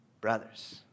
brothers